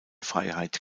freiheit